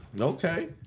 Okay